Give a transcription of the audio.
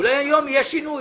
אולי היום יהיה שינוי.